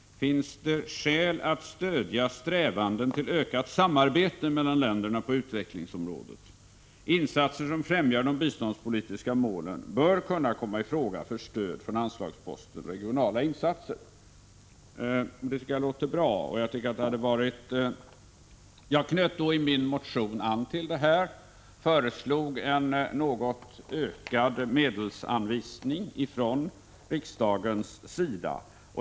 1985/86:117 att stödja strävanden till ökat samarbete mellan länderna på utvecklingsom 16 april 1986 rådet. Insatser som främjar de biståndspolitiska målen ——- bör kunna komma i fråga för stöd från anslagsposten Regionala insatser.” Det tycker ESR pi jaglåter bra, och jag anknöt i min motion till detta och föreslog en något ökad HEVERKTTIESKOTAIURIG m.m. medelsanvisning från riksdagens sida.